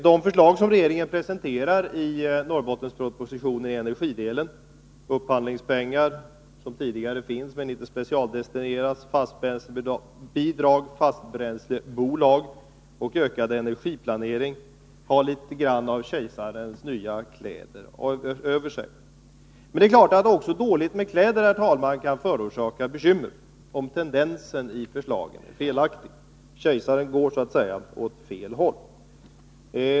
De förslag som regeringen presenterar i Norrbottenspropositionen när det gäller energidelen — upphandlingspengar som tidigare finns, men som inte specialdestinerats, fastbränslebidrag, fastbränslebolag och ökad energiplanering — har litet grand av kejsarens nya kläder över sig. Men det är klart att också dåligt med kläder, herr talman, kan förorsaka bekymmer, om tendensen i förslagen är felaktig. Kejsaren går så att säga åt fel håll.